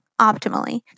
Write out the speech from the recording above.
optimally